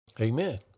Amen